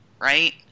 right